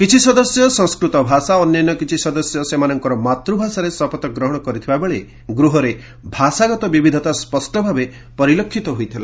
କିଛି ସଦସ୍ୟ ସଂସ୍କୃତ ଭାଷା ଓ ଅନ୍ୟାନ୍ୟ କିଛି ସଦସ୍ୟ ସେମାନଙ୍କର ମାତୃଭାଷାରେ ଶପଥ ଗ୍ରହଣ କରିଥିବା ବେଳେ ଗୃହରେ ଭାଷାଗତ ବିବିଧତା ସ୍ୱଷ୍ଟ ଭାବେ ପରିଲକ୍ଷିତ ହୋଇଥିଲା